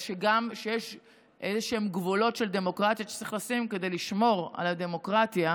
שיש איזשהם גבולות של דמוקרטיה שצריך לשים כדי לשמור על הדמוקרטיה.